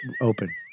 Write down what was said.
open